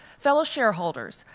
fellow shareholders,